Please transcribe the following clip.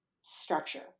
structure